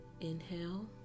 Inhale